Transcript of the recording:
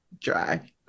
dry